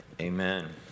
Amen